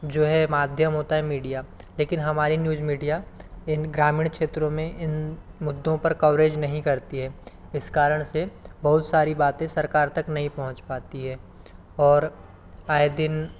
जो है एक माध्यम होता है मीडिया लेकिन हमारी न्यूज मीडिया इन ग्रामीण क्षेत्रों में इन मुद्दों पर कवरेज नहीं करती हे इस कारण से बहुत सारी बातें सरकार तक नही पहुंच पाती है और आए दिन